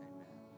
Amen